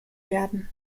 werden